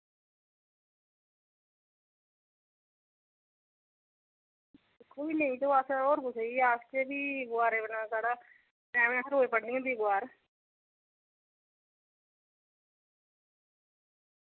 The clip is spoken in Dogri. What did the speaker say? ते तुस नेईं ते अस कुसै होर गी गै आक्खगे अखबारै बगैरा साढ़ा ते असें रोज़ पढ़नी होंदी अखबार